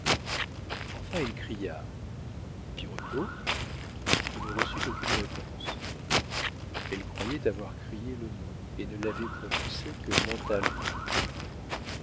enfin elle cria birotteau et ne reçut aucune réponse elle croyait avoir crié le nom et ne l'avait prononcé que mentalement